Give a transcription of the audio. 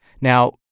Now